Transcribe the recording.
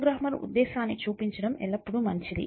programmer ఉద్దేశాన్ని చూపించడం ఎల్లప్పుడూ మంచిది